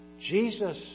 Jesus